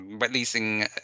releasing